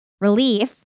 relief